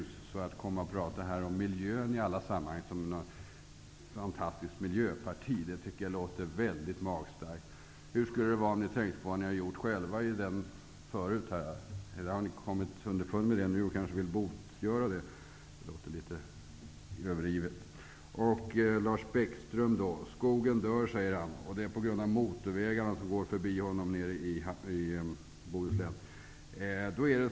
Jag tycker därför att det är mycket magstarkt att Socialdemokraterna i alla sammanhang talar om miljön som om det socialdemokratiska partiet vore något slags fantastiskt miljöparti. Hur skulle det vara om Socialdemokraterna tänkte på vad de själva har gjort tidigare. Har ni kanske kommit underfund med det nu och vill botgöra det? Det låter litet överdrivet. Lars Bäckström sade att skogen dör på grund av motorvägarna som går förbi honom i Bohuslän.